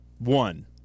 One